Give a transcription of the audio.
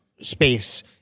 space